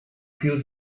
più